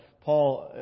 Paul